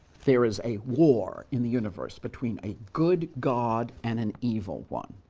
there is a war in the universe between a good god and an evil one.